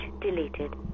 deleted